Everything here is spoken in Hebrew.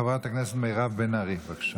חברת הכנסת מירב בן ארי, בבקשה.